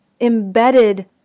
embedded